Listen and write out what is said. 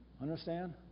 understand